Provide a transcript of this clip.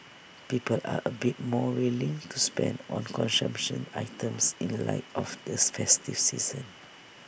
people are A bit more willing to spend on consumption items in light of this festive season